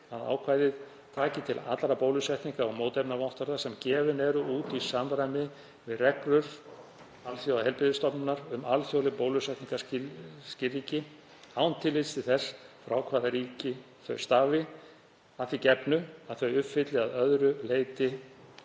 að ákvæðið taki til allra bólusetningar- og mótefnavottorða sem gefin eru út í samræmi við reglur Alþjóðaheilbrigðismálastofnunarinnar um alþjóðleg bólusetningarskírteini án tillits til þess frá hvaða ríkjum þau stafi, að því gefnu að þau uppfylli að öðru leyti